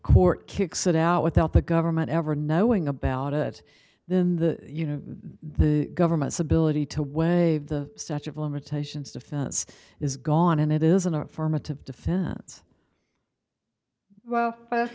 court kicks it out without the government ever knowing about it then the you know the government's ability to waive the statue of limitations defense is gone and it is an affirmative defense well